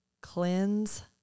cleanse